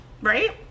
right